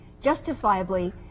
justifiably